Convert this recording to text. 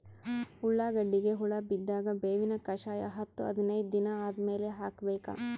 ಉಳ್ಳಾಗಡ್ಡಿಗೆ ಹುಳ ಬಿದ್ದಾಗ ಬೇವಿನ ಕಷಾಯ ಹತ್ತು ಹದಿನೈದ ದಿನ ಆದಮೇಲೆ ಹಾಕಬೇಕ?